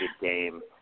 game